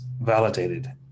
validated